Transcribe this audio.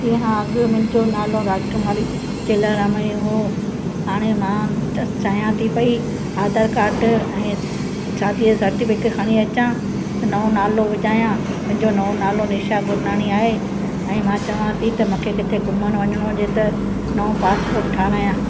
तंहिं खां अॻु मुंहिंजो नालो राजकुमारी चेलाराम जो हो हाणे मां चाहियां थी पई आधार कार्ड ऐं शादीअ जो सेर्टीफ़िकेट खणी अचां नओं नालो विझायां मुंहिंजो नओं नालो निशा गुरनानी आहे ऐं मां चवां थी त मूंखे किथे घुमणु वञिणो हुजे त नओं पासपोर्ट ठहिरायां